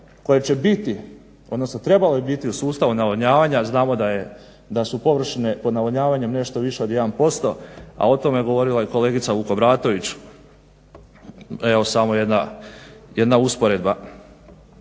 koje će biti, odnosno trebale bi biti u sustavu navodnjavanja. Znamo da su površine pod navodnjavanjem nešto više od 1%, a o tome je govorila i kolegica Vukobratović. Evo samo jedna usporedba,